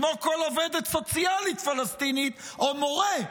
כמו כל עובדת סוציאלית פלסטינית או מורה,